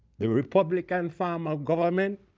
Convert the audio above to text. the republican form of government